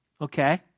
okay